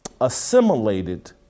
assimilated